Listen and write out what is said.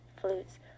flutes